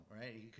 right